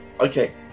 Okay